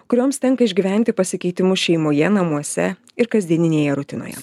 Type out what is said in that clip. kurioms tenka išgyventi pasikeitimus šeimoje namuose ir kasdieninėje rutinoje